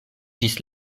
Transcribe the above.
ĝis